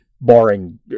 Barring